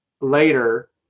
later